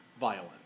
violent